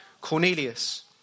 Cornelius